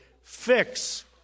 fix